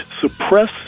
suppress